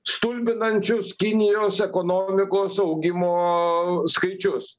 stulbinančius kinijos ekonomikos augimo skaičius